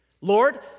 Lord